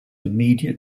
immediate